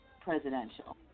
presidential